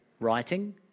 writing